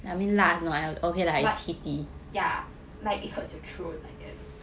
but ya like it hurts your throat I guess